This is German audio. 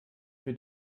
für